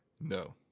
No